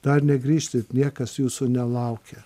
dar negrįžkit niekas jūsų nelaukia